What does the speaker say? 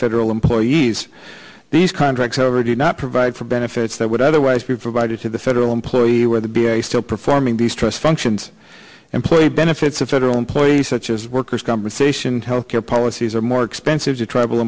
federal employees these contracts however do not provide for benefits that would otherwise be provided to the federal employee where the be a still performing the stress functions employee benefits a federal employee such as workers compensation health care policies are more expensive to travel